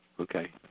Okay